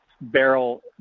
barrel